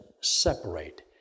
separate